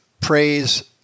praise